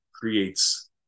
creates